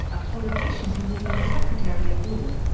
a politician who had been secretary at war.